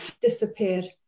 disappeared